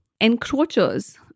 Encroachers